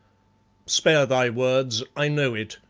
spare thy words, i know it,